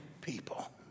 people